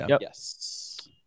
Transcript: Yes